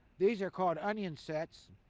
these are called onion sets.